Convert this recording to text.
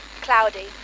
Cloudy